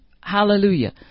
Hallelujah